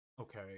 Okay